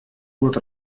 год